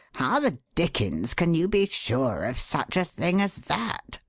how the dickens can you be sure of such a thing as that?